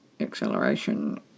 acceleration